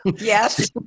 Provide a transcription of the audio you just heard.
Yes